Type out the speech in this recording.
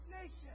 nation